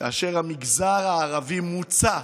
כאשר המגזר הערבי מוצף,